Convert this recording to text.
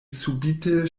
subite